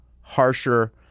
harsher –